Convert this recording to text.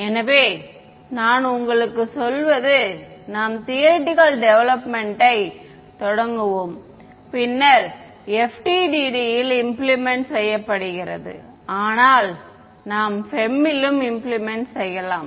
எனவே நான் உங்களுக்குச் சொல்வது நாம் தியரிட்டிகல் டேவேலெப்மென்ட் யை தொடங்குவோம் பின்னர் FDTD இல் இம்ப்ளிமென்ட் செய்யப்படுகிறது ஆனால் நாம் FEM லும் இம்ப்ளிமென்ட் செய்யலாம்